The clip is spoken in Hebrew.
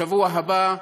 בשבוע הבא,